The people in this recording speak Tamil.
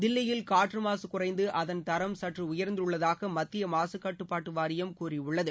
தில்லியில் காற்று மாசு குறைந்து அதன் தரம் சற்று உயர்ந்துள்ளதாக மத்திய மாசுக்கட்டுப்பாட்டு வாரியம் கூறியுள்ளது